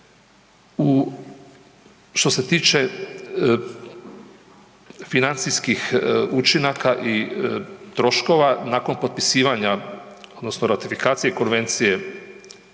što se tiče financijskih učinaka i troškova nakon potpisivanja odnosno ratifikacije konvencije